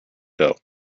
doe